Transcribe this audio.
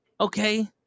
okay